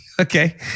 Okay